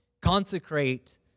Consecrate